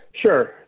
Sure